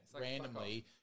randomly